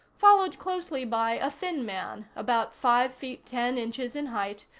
followed closely by a thin man, about five feet ten inches in height,